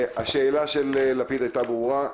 השאלה של חבר הכנסת לפיד היתה ברורה.